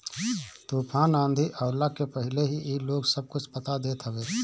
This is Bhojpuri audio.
तूफ़ान आंधी आवला के पहिले ही इ लोग सब कुछ बता देत हवे